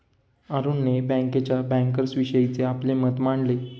अरुणने बँकेच्या बँकर्सविषयीचे आपले मत मांडले